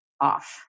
off